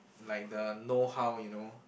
like the know how you know